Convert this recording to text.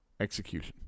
Execution